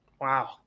Wow